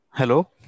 Hello